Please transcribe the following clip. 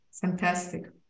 Fantastic